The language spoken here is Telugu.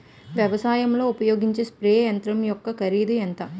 వ్యవసాయం లో ఉపయోగించే స్ప్రే యంత్రం యెక్క కరిదు ఎంత?